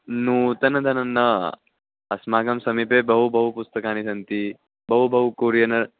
नूतनं धनं न अस्माकं समीपे बहु बहु पुस्तकानि सन्ति बहु बहु कोरियेन